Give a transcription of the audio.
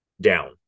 down